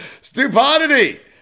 Stupidity